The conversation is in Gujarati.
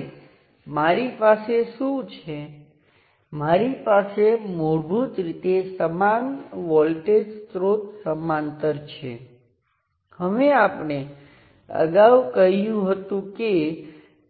તેથી ભારપૂર્વક હું બતાવી દઉં કે તે બંને Vth અને Rth એ n ના ગુણધર્મ છે હવે આ બધાનો ઉપયોગ શું છે